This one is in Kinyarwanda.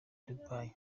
dubai